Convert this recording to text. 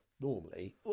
normally